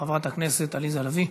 חברת הכנסת עליזה לביא.